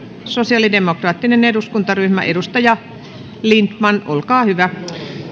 sosialidemokraattinen eduskuntaryhmä edustaja lindtman olkaa hyvä